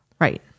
Right